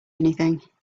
anything